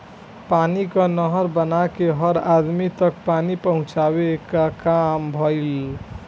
पानी कअ नहर बना के हर अदमी तक पानी पहुंचावे कअ काम भइल